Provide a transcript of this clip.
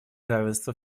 равенства